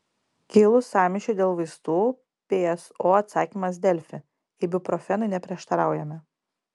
kilus sąmyšiui dėl vaistų pso atsakymas delfi ibuprofenui neprieštaraujame